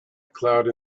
cloud